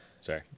Sorry